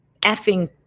effing